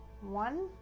one